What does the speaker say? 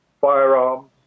firearms